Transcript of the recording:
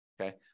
okay